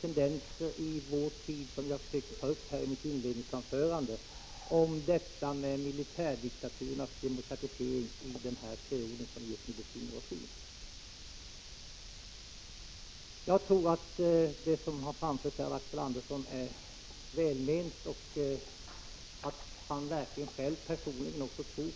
tendenserna i vår tid, som jag tog upp i mitt inledningsanförande, till militärdiktaturernas demokratisering i den period som vi just nu befinner oss i. Det som Axel Andersson framförde är säkert välment och någonting som han verkligen personligen också tror på.